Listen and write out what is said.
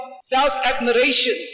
self-admiration